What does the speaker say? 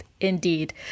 Indeed